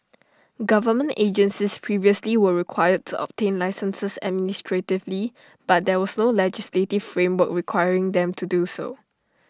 government agencies previously were required to obtain licences administratively but there was no legislative framework requiring them to do so